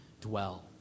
dwell